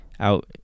out